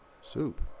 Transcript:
Soup